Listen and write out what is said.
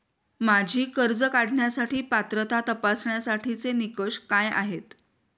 माझी कर्ज काढण्यासाठी पात्रता तपासण्यासाठीचे निकष काय आहेत?